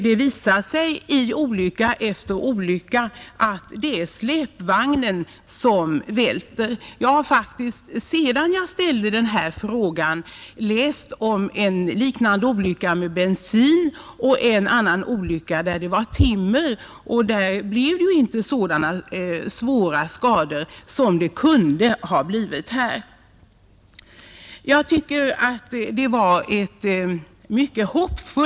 I olycka efter olycka visar det sig att det är släpvagnen som välter. Sedan jag ställde denna fråga har jag läst om en olycka med släpvagn med bensin och om en med släpvagn lastad med timmer. När dessa släpvagnar välte uppstod inte så svåra skador som kunde ha uppstått vid den av mig påtalade oljetransporten.